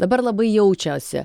dabar labai jaučiasi